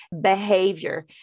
behavior